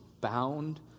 bound